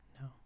No